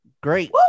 great